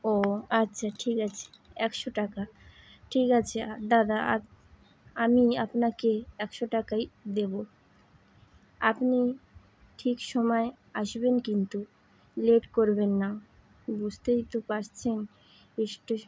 ও আচ্ছা ঠিক আছে একশো টাকা ঠিক আছে দাদা আপ আমি আপনাকে একশো টাকাই দেবো আপনি ঠিক সময় আসবেন কিন্তু লেট করবেন না বুঝতেই তো পারছেন স্টেশন